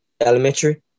elementary